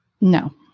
No